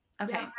okay